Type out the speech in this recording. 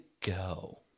go